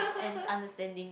and understanding